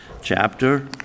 chapter